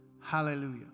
Hallelujah